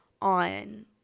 on